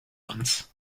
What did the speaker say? ones